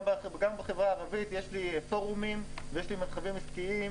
גם בחברה הערבית יש לי פורומים ויש לי מרחבים עסקיים,